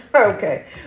Okay